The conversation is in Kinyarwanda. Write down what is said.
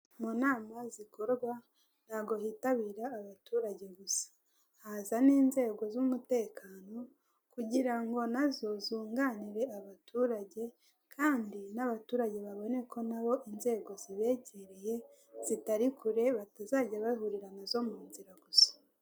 Mu nama zikorwa ntago hitabira abaturage gusa, haza n'inzego z'umutekano kugira ngo nazo zunganire abaturage, kandi n'abaturage babone ko nabo inzego zibegereye zitari kure, batazajya bahurira nazo mu nzira gusa.